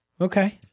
okay